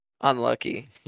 Unlucky